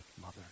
mother